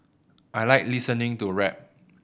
I like listening to rap